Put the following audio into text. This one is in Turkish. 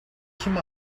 kimi